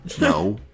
No